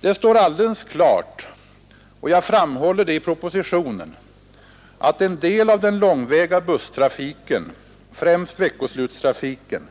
Det står alldeles klart — och jag framhåller detta i propositionen — att en del av den långväga busstrafiken, främst veckoslutstrafiken,